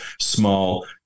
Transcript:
small